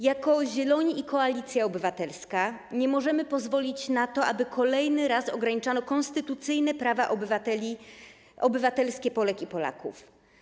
Jako Zieloni i Koalicja Obywatelska nie możemy pozwolić na to, aby kolejny raz ograniczano konstytucyjne prawa obywatelskie Polek i Polaków.